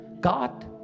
God